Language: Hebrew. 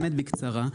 באמת בקצרה.